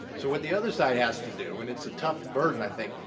so what the other side has to do, and it's a tough burden i think,